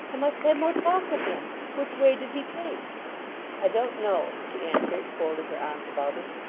i must have more talk with him. which way did he take i don't know she answered, folding her arms about him.